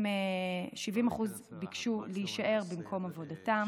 70% ביקשו להישאר במקום עבודתם,